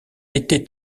était